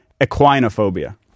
equinophobia